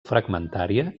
fragmentària